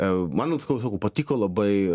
ė man sakau sakau patiko labai